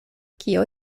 kio